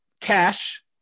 Cash